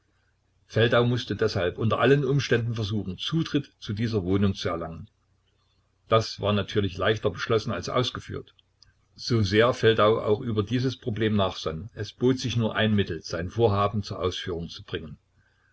feldau mußte deshalb unter allen umständen versuchen zutritt zu dieser wohnung zu erlangen das war natürlich leichter beschlossen als ausgeführt so sehr feldau auch über dieses problem nachsann es bot sich nur ein mittel sein vorhaben zur ausführung zu bringen